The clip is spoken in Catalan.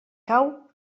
cau